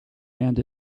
and